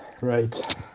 Right